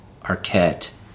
Arquette